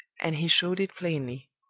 and he showed it plainly.